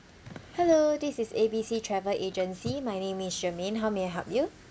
hello this is A B C travel agency my name is germaine how may I help you